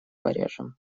порежем